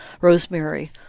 Rosemary